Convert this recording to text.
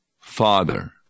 Father